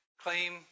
Claim